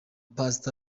past